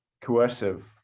coercive